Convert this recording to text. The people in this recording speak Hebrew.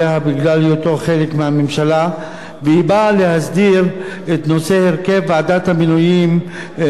היא באה להסדיר את נושא הרכב ועדת המינויים של קאדי מד'הב,